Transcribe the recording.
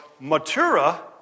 Matura